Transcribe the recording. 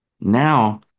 Now